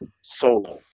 solo